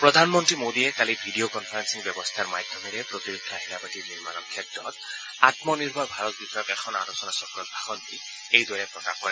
প্ৰধানমন্ত্ৰী মোদীয়ে কালি ভিডিঅ কনফাৰেঙ্গিং ব্যৱস্থাৰ মাধ্যমেৰে প্ৰতিৰক্ষা আহিলাপাতি নিৰ্মাণৰ ক্ষেত্ৰত আমনিৰ্ভৰ ভাৰত বিষয়ক এখন আলোচনা চক্ৰত ভাষণ দি এইদৰে প্ৰকাশ কৰে